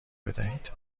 بدهید